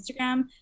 Instagram